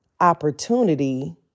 opportunity